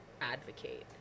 advocate